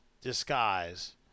disguise